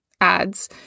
ads